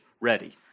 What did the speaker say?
ready